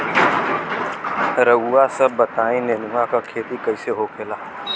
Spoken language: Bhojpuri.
रउआ सभ बताई नेनुआ क खेती कईसे होखेला?